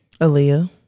Aaliyah